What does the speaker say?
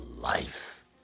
life